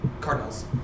Cardinals